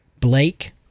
Blake